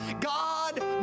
God